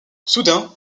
soudain